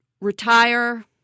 retire